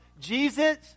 Jesus